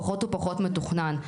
פחות ופחות מתוכנן.